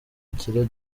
bukire